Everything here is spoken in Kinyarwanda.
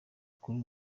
kuri